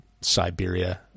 Siberia